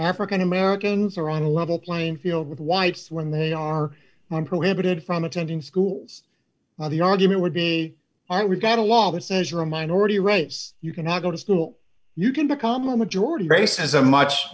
african americans are on a level playing field with whites when they are prohibited from attending schools well the argument would be are we got a law that says you are a minority race you cannot go to school you can become a majority race has a much